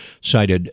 cited